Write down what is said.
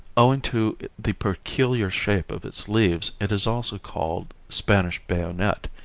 owing to the peculiar shape of its leaves it is also called spanish bayonet.